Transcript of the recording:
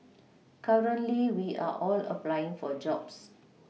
currently we are all applying for jobs